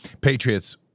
Patriots